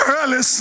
Early